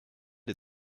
des